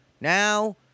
now